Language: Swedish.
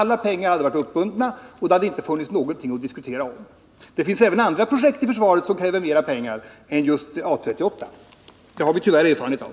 Alla pengar hade varit uppbundna, och det hade inte funnits någonting att diskutera om. Det finns även andra projekt i försvaret som kräver mer pengar än just SK 38/A 38. Det har vi tyvärr erfarenhet av.